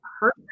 hurt